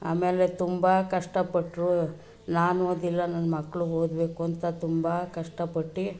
ಆಮೇಲೆ ತುಂಬ ಕಷ್ಟಪಟ್ಟರು ನಾನೋದಿಲ್ಲ ನನ್ನ ಮಕ್ಕಳು ಓದಬೇಕು ಅಂತ ತುಂಬ ಕಷ್ಟಪಟ್ಟು